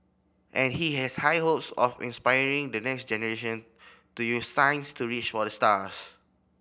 and he has high hopes of inspiring the next generation to use science to reach for the stars